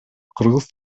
кыргыз